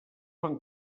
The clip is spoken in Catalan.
van